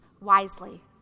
wisely